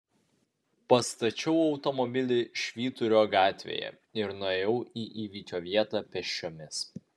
pastačiau automobilį švyturio gatvėje ir nuėjau į įvykio vietą pėsčiomis